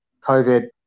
COVID